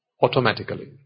automatically